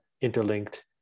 interlinked